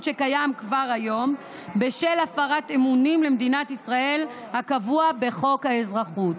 שקיים כבר היום בשל הפרת אמונים למדינת ישראל הקבוע בחוק האזרחות.